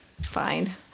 fine